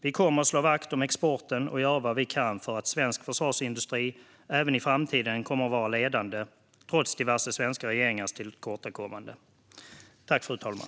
Vi kommer att slå vakt om exporten och göra vad vi kan för att svensk försvarsindustri även i framtiden ska vara ledande - trots diverse svenska regeringars tillkortakommanden.